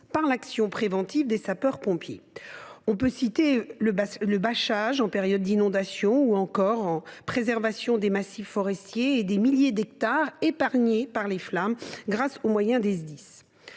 par l’action préventive des sapeurs pompiers. On peut citer le bâchage en période d’inondation ou encore la préservation des massifs forestiers et des milliers d’hectares épargnés des flammes grâce aux moyens des Sdis.